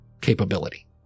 capability